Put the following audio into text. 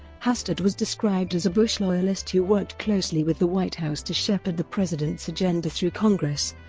hastert was described as a bush loyalist who worked closely with the white house to shepherd the president's agenda through congress,